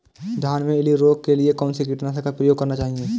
धान में इल्ली रोकने के लिए कौनसे कीटनाशक का प्रयोग करना चाहिए?